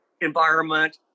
environment